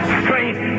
strength